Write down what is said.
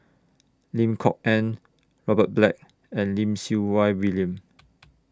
Lim Kok Ann Robert Black and Lim Siew Wai William